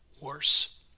worse